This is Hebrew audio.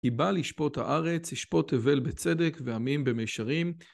כי בא לשפוט הארץ, י‫שפוט תבל בצדק ועמים במישרים.